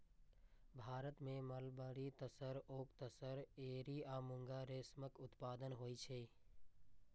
भारत मे mulberry, tasar, oak tasar, eri आ मूंगा रेशमक उत्पादन होइ छै